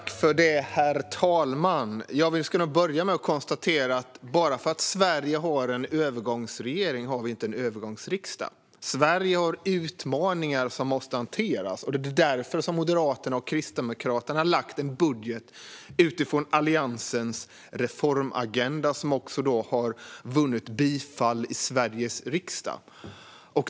Herr talman! Vi ska nog börja med att konstatera att Sverige inte har en övergångsriksdag bara för att vi har en övergångsregering. Sverige har utmaningar som måste hanteras. Det är därför Moderaterna och Kristdemokraterna har lagt fram en budget utifrån Alliansens reformagenda. Den har också vunnit bifall i Sveriges riksdag.